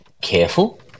careful